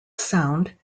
sound